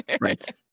Right